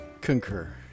Concur